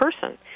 person